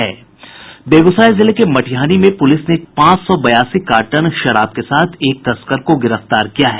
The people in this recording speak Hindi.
बेगूसराय जिले के मटिहानी में पुलिस ने पांच सौ बयासी कार्टन विदेशी शराब के साथ एक तस्कर को गिरफ्तार किया है